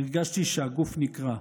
הרגשתי שהגוף נקרע.